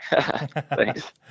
thanks